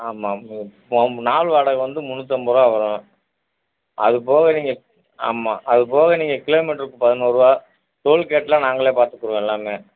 ஆமாம் நாள் வாடகை வந்து முந்நூற்றி ஐம்பதுருவா வரும் அது போக நீங்கள் ஆமாம் அது போக நீங்கள் கிலோமீட்டருக்கு பதினொருவா டோல்கேடெலாம் நாங்களே பார்த்துக்கிடுவோம் எல்லாமே